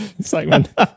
segment